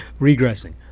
regressing